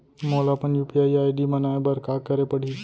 मोला अपन UPI ID बनाए बर का करे पड़ही?